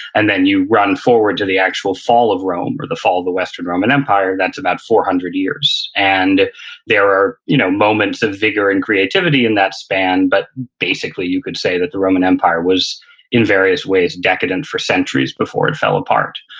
and then you run forward to the actual fall of rome or the fall of the western roman empire, that's about four hundred years. and there are you know moments of vigor and creativity in that span, but basically you could say that the roman empire was in various ways, decadent for centuries before it fell apart.